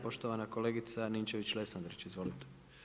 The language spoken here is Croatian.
Poštovana kolegica Ninčević-Lesandrić, izvolite.